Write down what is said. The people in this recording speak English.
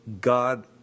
God